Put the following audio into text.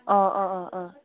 ꯑꯥ ꯑꯥ ꯑꯥ ꯑꯥ